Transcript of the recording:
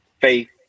faith